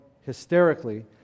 hysterically